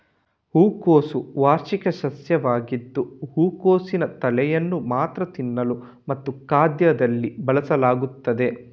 ಹೂಕೋಸು ವಾರ್ಷಿಕ ಸಸ್ಯವಾಗಿದ್ದು ಹೂಕೋಸಿನ ತಲೆಯನ್ನು ಮಾತ್ರ ತಿನ್ನಲು ಮತ್ತು ಖಾದ್ಯದಲ್ಲಿ ಬಳಸಲಾಗುತ್ತದೆ